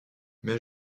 mais